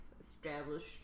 established